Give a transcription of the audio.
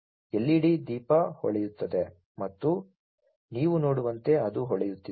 LED ದೀಪ ಹೊಳೆಯುತ್ತದೆ ಮತ್ತು ನೀವು ನೋಡುವಂತೆ ಅದು ಹೊಳೆಯುತ್ತಿದೆ